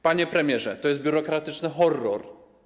Panie premierze, to jest biurokratyczny horror.